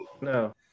No